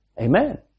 Amen